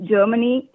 Germany